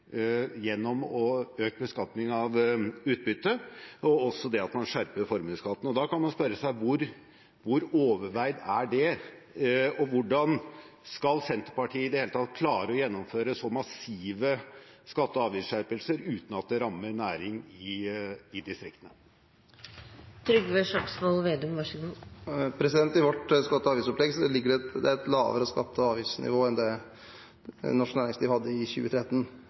gjennom økt beskatning av utbytte og også at man skjerper formuesskatten. Da kan man spørre seg: Hvor overveid er det, og hvordan skal Senterpartiet i det hele tatt klare å gjennomføre så massive skatte- og avgiftsskjerpelser uten at det rammer næring i distriktene? I vårt skatte- og avgiftsopplegg ligger det et lavere skatte- og avgiftsnivå enn det norsk næringsliv hadde i 2013.